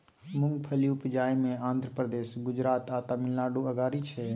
मूंगफली उपजाबइ मे आंध्र प्रदेश, गुजरात आ तमिलनाडु अगारी छै